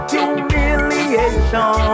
humiliation